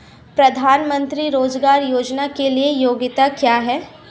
प्रधानमंत्री रोज़गार योजना के लिए योग्यता क्या है?